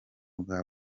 bwa